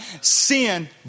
Sin